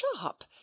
Sharp